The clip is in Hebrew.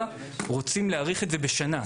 רוצים להאריך את זה בשנה.